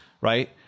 right